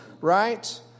right